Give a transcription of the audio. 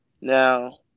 Now